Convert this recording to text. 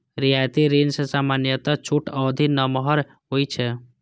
रियायती ऋण मे सामान्यतः छूट अवधि नमहर होइ छै